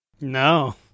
No